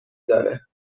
داره